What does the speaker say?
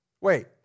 Wait